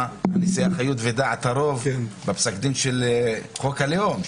הנשיאה חיות ודעת הרוב בפסק הדין של חוק הלאום,